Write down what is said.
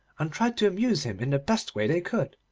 and tried to amuse him in the best way they could.